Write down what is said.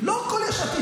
לא כל יש עתיד,